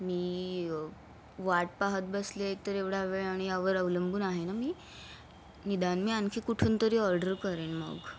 मी वाट पाहत बसले आहे एकतर एवढा वेळ आणि यावर अवलंबून आहे ना मी निदान मी आणखी कुठूनतरी ऑर्डर करेन मग